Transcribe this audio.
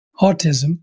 autism